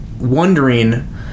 wondering